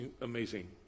amazing